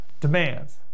demands